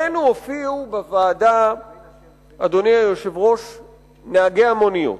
הופיעו בפנינו בוועדה נהגי המונית